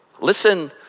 Listen